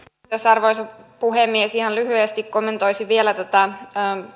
arvoisa puhemies ihan lyhyesti kommentoisin vielä tätä